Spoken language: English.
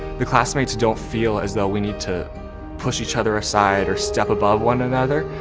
the classmates don't feel as though we need to push each other aside or step above one another,